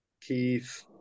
Keith